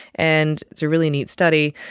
and it's a really neat study.